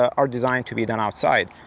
are designed to be done outside.